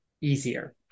easier